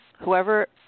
whoever